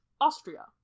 Austria